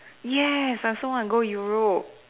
yes I also wanna go Europe